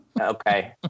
okay